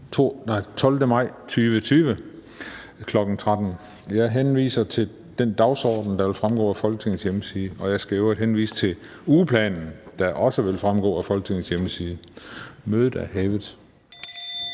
12. maj 2020, kl. 13.00. Jeg henviser til den dagsorden, der vil fremgå af Folketingets hjemmeside, og jeg skal i øvrigt henvise til ugeplanen, der også vil fremgå af Folketingets hjemmeside. Mødet er hævet.